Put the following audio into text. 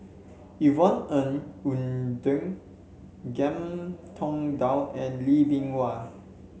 Yvonne Ng Uhde Ngiam Tong Dow and Lee Bee Wah